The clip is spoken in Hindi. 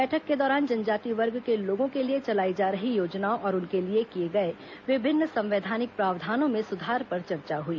बैठक के दौरान जनजातीय वर्ग के लोगों के लिए चलाई जा रही योजनाओं और उनके लिए किए गए विभिन्न संवैधानिक प्रावधानों में सुधार पर चर्चा हई